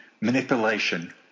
manipulation